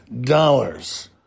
dollars